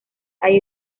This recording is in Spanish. hay